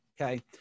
okay